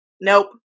nope